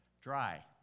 dry